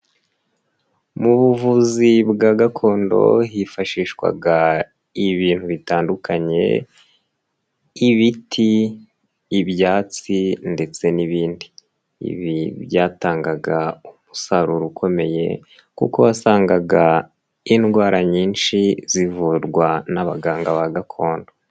Mu buvuzi bwa gakondo hifashishwaga ibintu bitandukanye, ibiti, ibyatsi ndetse n'ibindi, ibi byatangaga umusaruro ukomeye kuko wasangaga indwara nyinshi zivurwa n'abaganga ba gakondo.